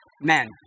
men